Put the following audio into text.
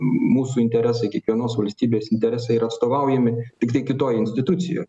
mūsų interesai kiekvienos valstybės interesai yra atstovaujami tiktai kitoj institucijoj